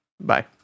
Bye